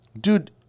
dude